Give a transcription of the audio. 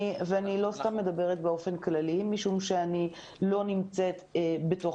אני לא סתם מדברת באופן כללי משום שאני לא נמצאת בתוך